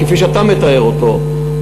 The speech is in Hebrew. כפי שאתה מתאר אותו,